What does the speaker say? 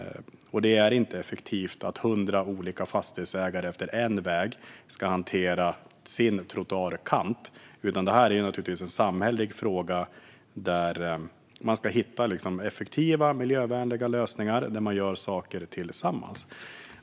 Det är inte effektivt att hundra olika fastighetsägare efter en väg ska hantera sin trottoarkant, utan det här är naturligtvis en samhällelig fråga där man ska hitta effektiva miljövänliga lösningar där man gör saker tillsammans.